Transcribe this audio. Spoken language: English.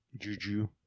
Juju